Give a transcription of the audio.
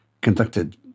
conducted